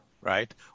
right